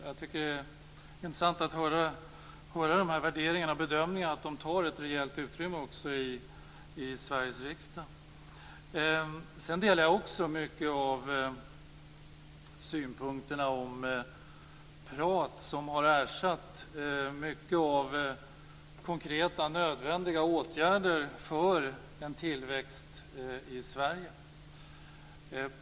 Jag tycker att det är positivt att de här värderingarna och bedömningarna tar ett rejält utrymme också i Sedan delar jag också mycket av synpunkterna om att prat har ersatt konkreta nödvändiga åtgärder för en tillväxt i Sverige.